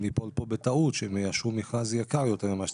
ליפול פה בטעות שהם יאיישו מכרז יקר יותר ממה שצריך.